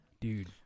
dude